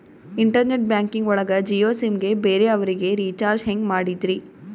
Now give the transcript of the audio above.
Internet banking ಒಳಗ Jio sim ಗೆ ಬೇರೆ ಅವರಿಗೆ ರೀಚಾರ್ಜ್ ಹೆಂಗ್ ಮಾಡಿದ್ರಿ?